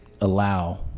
allow